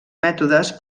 mètodes